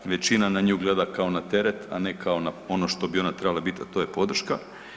Većina na nju gleda kao na teret, a ne kao na ono što bi ona trebala biti a to je podrška.